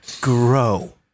grow